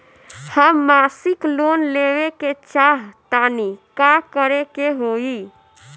हम मासिक लोन लेवे के चाह तानि का करे के होई?